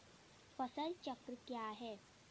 फसल चक्र क्या होता है?